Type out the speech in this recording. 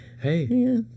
hey